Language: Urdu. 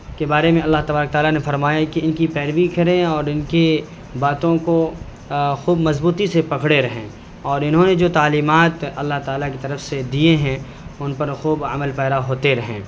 کے بارے میں اللہ تبارک تعالیٰ نے فرمایا ہے کہ ان کی پیروی کریں اور ان کی باتوں کو خوب مضبوطی سے پکڑے رہیں اور انہوں نے جو تعلیمات اللہ تعالیٰ کی طرف سے دیے ہیں ان پر خوب عمل پیرا ہوتے رہیں